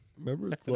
Remember